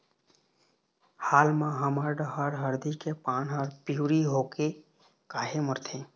हाल मा हमर डहर हरदी के पान हर पिवरी होके काहे मरथे?